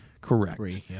Correct